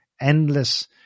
endless